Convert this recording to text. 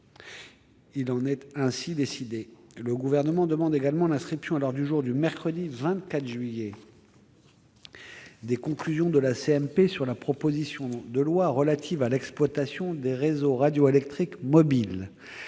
Il en est ainsi décidé. Le Gouvernement demande également l'inscription à l'ordre du jour du mercredi 24 juillet des conclusions de la commission mixte paritaire sur la proposition de loi relative à l'exploitation des réseaux radioélectriques mobiles